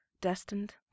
destined